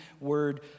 word